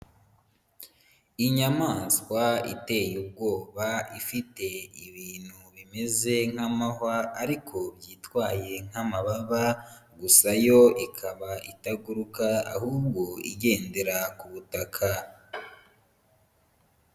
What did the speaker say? Inyamaswa iteye ubwoba ifite ibintu bimeze nk'amahwa ariko byitwaye nk'amababa, gusa yo ikaba itaguruka ahubwo igendera ku butaka.